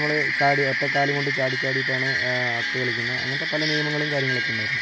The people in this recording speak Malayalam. നമ്മൾ ചാടി ഒറ്റക്കാലും കൊണ്ട് ചാടി ചാടീട്ടാണ് അക്ക് കളിക്കുന്നത് അങ്ങനത്തെ പല നിയമങ്ങളും കാര്യങ്ങളക്കെ ഉണ്ടായിരുന്നു